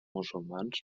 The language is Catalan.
musulmans